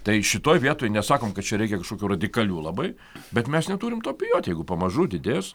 tai šitoj vietoj nesakom kad čia reikia kažkokių radikalių labai bet mes neturim to bijot jeigu pamažu didės